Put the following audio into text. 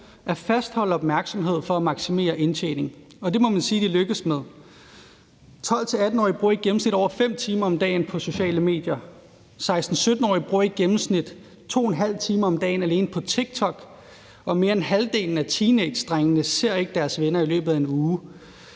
at fastholde opmærksomhed for at maksimere indtjening, og det må man sige de lykkes med. 12-18-årige bruger i gennemsnit over 5 timer om dagen på sociale medier. 16-17-årige bruger i gennemsnit 2½ time om dagen alene på TikTok, og mere end halvdelen af teenagedrengene ser ikke deres venner i løbet af en uge.